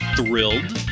thrilled